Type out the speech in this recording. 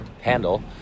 handle